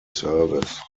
service